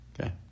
Okay